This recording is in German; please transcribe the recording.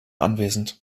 anwesend